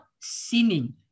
sinning